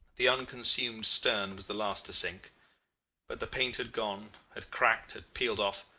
the unconsumed stern was the last to sink but the paint had gone, had cracked, had peeled off,